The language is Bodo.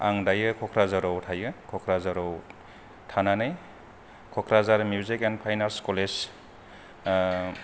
आं दायो कक्राझाराव थायो क'क्राझाराव थानानै Kokrajhar music and fine arts college